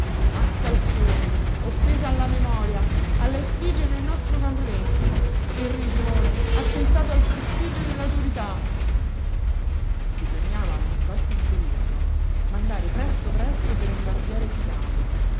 mascalzone offesa alla memoria alla effigie del nostro gran re irrisione attentato al prestigio dell'autorità bisognava a ogni costo impedirlo mandare presto presto per un barbiere fidato